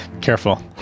Careful